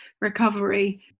recovery